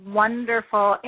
wonderful